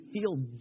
feel